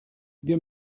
wir